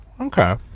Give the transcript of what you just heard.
Okay